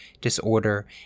disorder